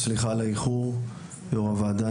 סליחה על האיחור יו"ר הוועדה,